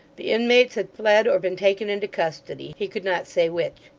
the inmates had fled or been taken into custody, he could not say which.